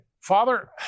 Father